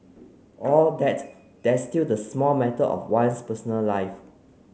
all that there's still the small matter of one's personal life